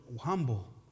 humble